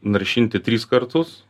naršinti tris kartus